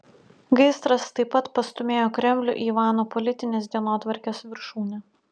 gaisras taip pat pastūmėjo kremlių į ivano politinės dienotvarkės viršūnę